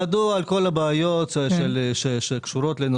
ידוע על כל הבעיות שקשורות לנושא.